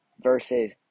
versus